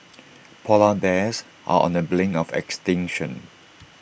Polar Bears are on the brink of extinction